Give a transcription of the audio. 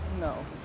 no